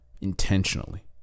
intentionally